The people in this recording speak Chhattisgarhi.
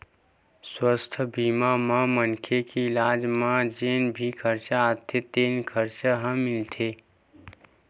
सुवास्थ बीमा म मनखे के इलाज म जेन भी खरचा आथे तेन खरचा ह मिलथे